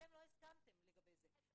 אתם לא הסכמתם לגבי זה.